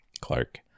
Clark